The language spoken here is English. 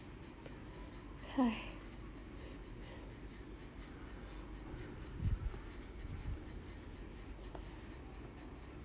!hais!